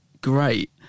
great